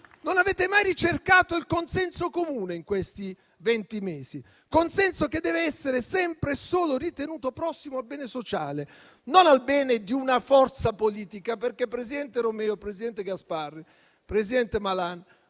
Non avete mai ricercato il consenso comune, in questi venti mesi; consenso che deve essere sempre e solo ritenuto prossimo al bene sociale, non al bene di una forza politica. Presidente Romeo, presidente Gasparri, presidente Malan,